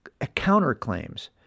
counterclaims